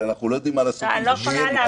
בממשלה ישבו 22 שרים.